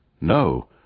No